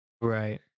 Right